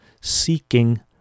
seeking